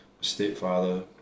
stepfather